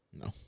No